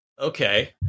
Okay